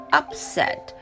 upset